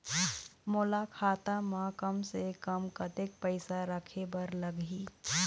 मोला खाता म कम से कम कतेक पैसा रखे बर लगही?